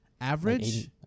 Average